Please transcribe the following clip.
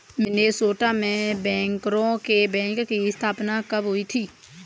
Minnesota में बैंकरों के बैंक की स्थापना कब हुई थी?